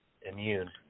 immune